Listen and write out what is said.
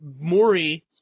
Maury